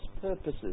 purposes